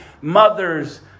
mothers